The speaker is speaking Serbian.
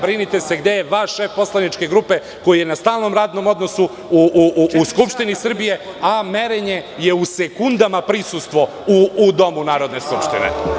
Brinite se gde je vaš šef poslaničke grupe koji je na stalnom radnom odnosu u Skupštini Srbije, a merenje je u sekundama prisustvo u Domu Narodne skupštine.